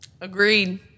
Agreed